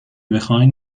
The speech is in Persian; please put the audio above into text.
بخواین